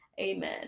Amen